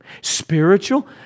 Spiritual